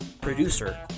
producer